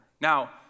Now